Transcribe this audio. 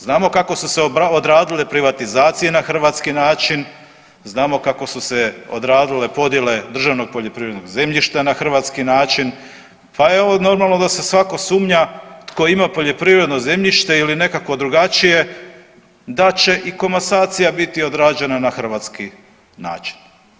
Znamo kako su se odradile privatizacije na hrvatski način, znamo kako su se odradile podjele državnog poljoprivrednog zemljišta na hrvatski način, pa evo normalno da se svako sumnja tko ima poljoprivredno zemljište ili nekakvo drugačije da će i komasacija biti odrađena na hrvatski način.